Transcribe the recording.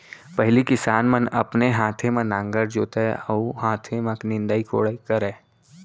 पहिली किसान मन अपने हाथे म नांगर जोतय अउ हाथे म निंदई कोड़ई करय